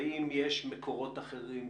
האם יש מקורות אחרים,